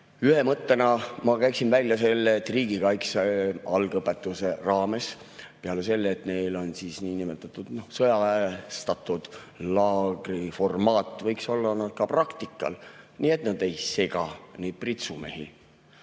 Ühe mõttena ma käiksin välja selle, et riigikaitse algõpetuse raames, peale selle, et neil on niinimetatud sõjaväestatud laagri formaat, võiks olla nad ka praktikal, nii et nad ei segaks neid pritsumehi.